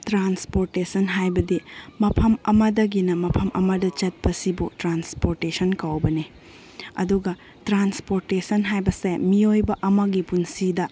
transportation ꯍꯥꯏꯕꯗꯤ ꯃꯐꯝ ꯑꯃꯗꯒꯤꯅ ꯃꯐꯝ ꯑꯃꯗ ꯆꯠꯄꯁꯤꯕꯨ ꯇ꯭ꯔꯥꯟꯁꯄꯣꯔꯇꯦꯁꯟ ꯀꯧꯕꯅꯤ ꯑꯗꯨꯒ ꯇ꯭ꯔꯥꯟꯄꯣꯔꯇꯦꯁꯟ ꯍꯥꯏꯕꯁꯦ ꯃꯤꯑꯣꯏꯕ ꯑꯃꯒꯤ ꯄꯨꯟꯁꯤꯗ